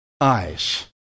eyes